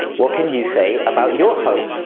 what can you say about your home?